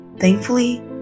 Thankfully